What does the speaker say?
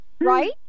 right